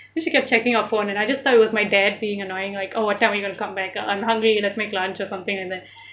then she kept checking her phone and I just thought it was my dad being annoying like oh what time we are going to come back uh I'm hungry and let's make lunch or something like that